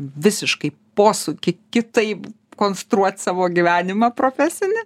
visiškai posūkį kitaip konstruot savo gyvenimą profesinį